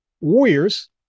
warriors